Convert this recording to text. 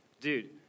dude